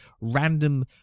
random